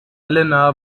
elena